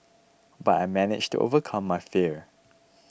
but I managed to overcome my fear